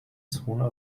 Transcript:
zone